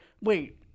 Wait